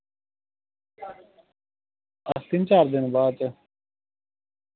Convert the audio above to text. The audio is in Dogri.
तिन चार दिन बाद च